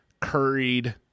curried